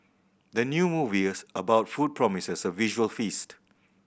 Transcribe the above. the new movie about food promises a visual feast